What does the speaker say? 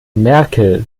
merkel